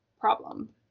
problem